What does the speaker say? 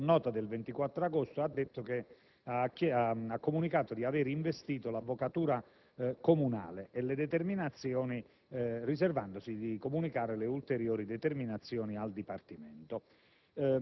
con nota del 24 agosto, ha comunicato di avere investito l'avvocatura comunale, riservandosi di comunicare le ulteriori determinazioni al Dipartimento.